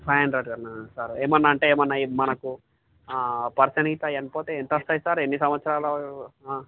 five hundred అన్నా సరే ఏమన్నా అంటే ఏమన్నా అవి మనకు పర్సన్ ఇలా వెళ్ళిపోతే ఎంత వస్తాయి సార్ ఎన్ని సంవత్సరాల